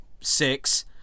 six